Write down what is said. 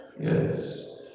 Yes